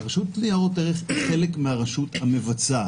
רשות ניירות ערך היא חלק מהרשות המבצעת,